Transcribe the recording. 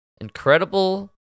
incredible